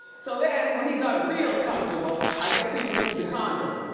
so then, when he got real comfortable, i guess he removed the condom.